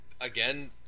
again